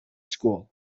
school